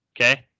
Okay